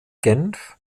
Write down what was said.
genf